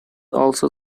also